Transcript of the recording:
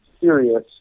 serious